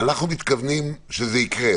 אנחנו מתכוונים שזה יקרה.